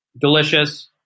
delicious